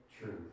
truth